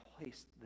placed